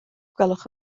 gwelwch